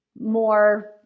more